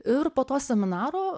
ir po to seminaro